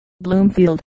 Bloomfield